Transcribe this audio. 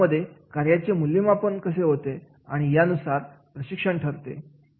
मग यामध्ये कार्याचे मूल्यमापन होते आणि यानुसार प्रशिक्षण ठरते